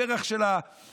הפרח של האומה.